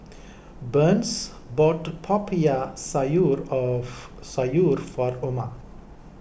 Burns bought Popiah Sayur of Sayur from Oma